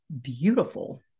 beautiful